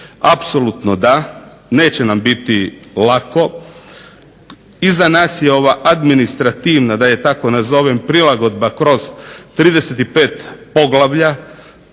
Apsolutno da, neće nam biti lako. Iza nas je ova administrativna, da je tako nazovem, prilagodba kroz 35 poglavlja.